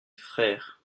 frères